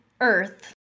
Earth